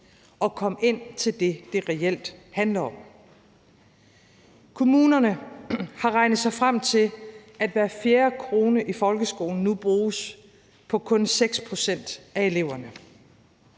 og komme ind til det, det reelt handler om. Kommunerne har regnet sig frem til, at hver fjerde krone i folkeskolen nu bruges på kun 6 pct. af eleverne.